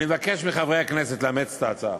אני מבקש מחברי הכנסת לאמץ את ההצעה.